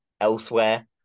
elsewhere